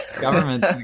government